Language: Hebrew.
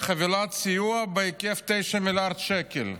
סיוע בהיקף של 9 מיליארד שקל,